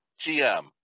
GM